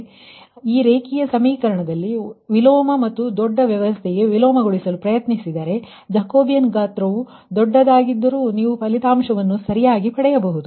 ಇದು ರೇಖೀಯ ಸಮೀಕರಣವಾಗಿದೆ ಆದರೆ ನೀವು ವಿಲೋಮ ಮತ್ತು ದೊಡ್ಡ ಸಿಸ್ಟಮ್'ಗೆ ವಿಲೋಮಗೊಳಿಸಲು ಪ್ರಯತ್ನಿಸಿದರೆ ಮತ್ತು ಜಾಕೋಬಿಯನ್ ಗಾತ್ರವು ದೊಡ್ಡದಾಗಿದ್ದರೂ ನೀವು ಫಲಿತಾಂಶವನ್ನು ಸರಿಯಾಗಿ ಪಡೆಯಬಹುದು